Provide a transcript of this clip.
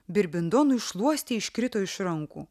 birbindonui šluostė iškrito iš rankų